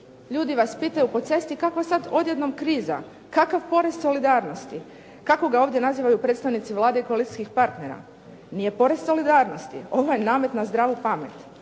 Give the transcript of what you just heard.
Ljudi vas pitaju po cesti kakva sad odjednom kriza? Kakav porez solidarnosti, kako ga ovdje nazivaju predstavnici Vlade i koalicijskih partnera. Nije porez solidarnosti. Ovo je namet na zdravu pamet.